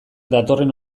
datorren